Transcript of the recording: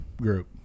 group